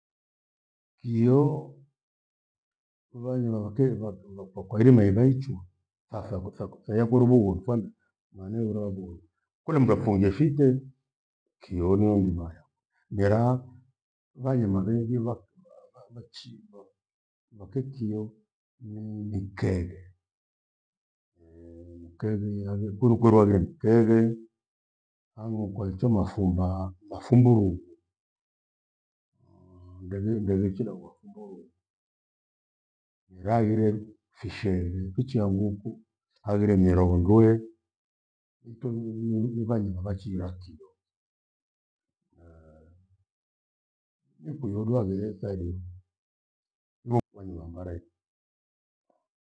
Kioo, vairima vakeri vathuutha kwa kwairima ivaichwa. Hatha kotha kotha ya vuru vughonu fami, maneno kutoka vuhonu kule mndu afungie fite kio nyumbaya. Mera vaima rengi pha- pha- nachiva waketio ni- nikeghe. Nii mkeghe yaani kuru kurolie mkeghe handu nikwalecho mafumbaaa mafumbu lughu. ngeri- ngerichina hua fumbo huo. Mira aghire fisheghe, kwichia nguku haghire miraunduye vaima vachiighatio. nikwio duo haghire thadio nokwe yuambara itho.